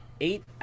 eight